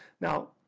Now